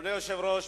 אדוני היושב-ראש,